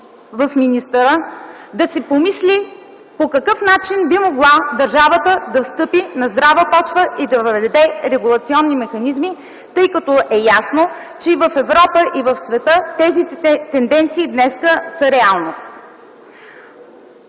у министъра да си помисли по какъв начин би могла държавата да стъпи на здрава почва и да въведе регулационни механизми, тъй като е ясно, че и в Европа, и в света тези тенденции днес са реалност.